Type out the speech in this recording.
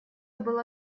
было